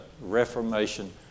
reformation